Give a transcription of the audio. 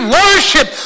worship